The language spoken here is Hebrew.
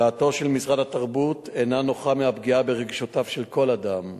דעתו של משרד התרבות אינה נוחה מהפגיעה ברגשותיו של כל אדם,